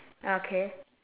okay